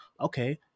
Okay